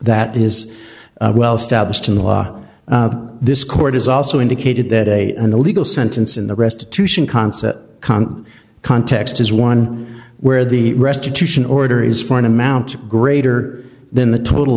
that is well established in the law this court has also indicated that a in the legal sentence in the restitution concept context is one where the restitution order is for an amount greater than the total